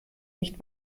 nicht